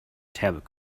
tablet